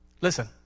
Listen